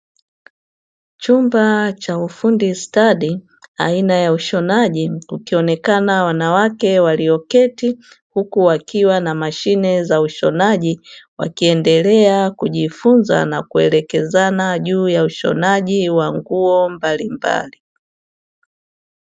Chumba cha ufundi stadi aina ya ushonaji ukionekana wanawake walioketi huku wakiwa na mashine za ushonaji, wakiendelea kujifunza na kuelekezana juu ya ushonaji wa nguo mbalimbali.